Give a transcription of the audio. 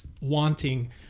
wanting